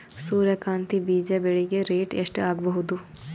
ಸೂರ್ಯ ಕಾಂತಿ ಬೀಜ ಬೆಳಿಗೆ ರೇಟ್ ಎಷ್ಟ ಆಗಬಹುದು?